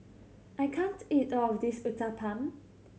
I can't eat all of this Uthapam